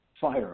FIRE